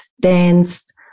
danced